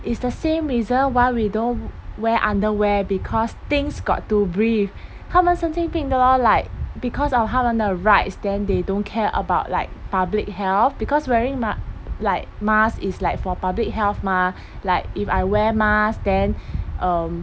it's the same reason why we don't wear underwear because things got to breathe 他们神经病的 lor like because of 他们的 rights then they don't care about like public health because wearing ma~ like mask is like for public health mah like if I wear mask then um